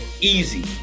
easy